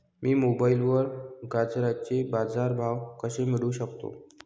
मी मोबाईलवर गाजराचे बाजार भाव कसे मिळवू शकतो?